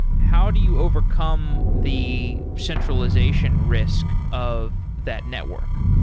how do you overcome the centralization risk of that network?